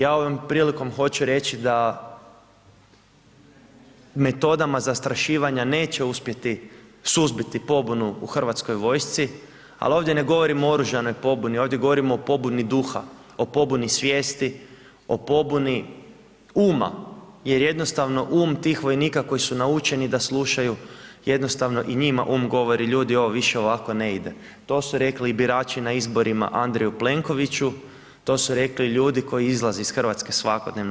Ja ovom prilikom hoću reći da metodama zastrašivanja neće uspjeti suzbiti pobunu u Hrvatskoj vojsci, al ovdje ne govorimo o oružanoj pobuni, ovdje govorimo o pobuni duha, o pobuni svijesti, o pobuni uma jer jednostavno um tih vojnika koji su naučeni da slušaju, jednostavno i njima um govori „ljudi ovo više ovako ne ide“, to su rekli i birači na izborima Andreju Plenkoviću, to su rekli ljudi koji izlaze iz RH svakodnevno.